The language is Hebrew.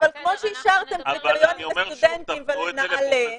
אבל כמו שאישרתם קריטריון לסטודנטים ול"נעלה",